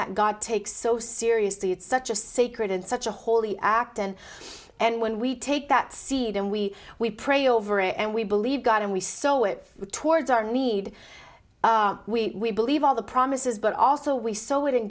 that god takes so seriously it's such a sacred and such a holy act and and when we take that seed and we we pray over it and we believe god and we sew it towards our need we believe all the promises but also we saw it in